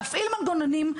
להפעיל מנגנונים,